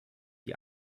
die